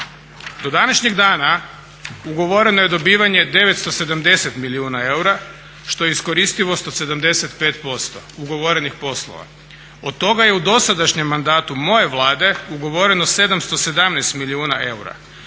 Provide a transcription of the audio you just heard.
Do današnjeg dana ugovoreno je dobivanje 970 milijuna eura, što je iskoristivost od 75% ugovorenih poslova. Od toga je u dosadašnjem mandatu, moje Vlade, ugovoreno 717 milijuna eura.